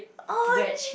oh